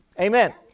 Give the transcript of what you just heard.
Amen